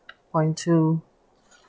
point two